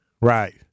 right